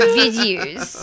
videos